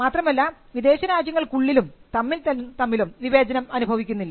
മാത്രമല്ല വിദേശ രാജ്യങ്ങൾക്കുള്ളിലും തമ്മിൽ തമ്മിൽ വിവേചനം അനുഭവിക്കുന്നില്ല